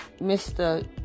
Mr